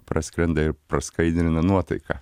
praskrenda ir praskaidrina nuotaiką